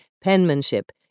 Penmanship